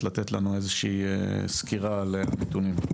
לתת לנו איזושהי סקירה על הנתונים.